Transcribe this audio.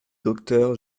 docteur